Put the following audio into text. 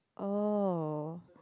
oh